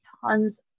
tons